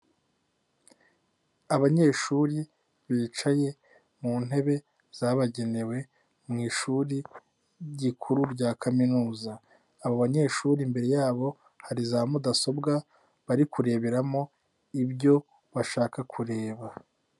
Abanyeshuri bicaye mu ntebe zabagenewe mu ishuri rikuru rya kaminuza. Abo banyeshuri imbere yabo hari za mudasobwa bari kureberamo ibyo bashaka kureba.